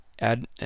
add